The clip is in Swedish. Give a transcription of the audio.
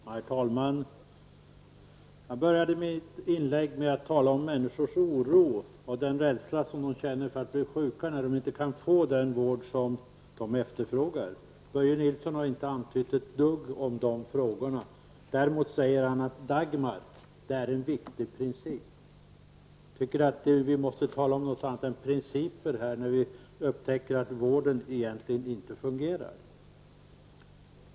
Herr talman! Jag började mitt inlägg med att tala om människornas oro och den rädsla de känner för att bli sjuka när de inte kan få den vård som de efterfrågar. Börje Nilsson har inte antytt ett dugg om dessa frågor. Däremot säger han att Dagmar är en viktig princip. Jag tycker att vi måste tala om något annat annat än principer när vi upptäcker att vården inte fungerar.